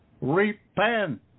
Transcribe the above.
repent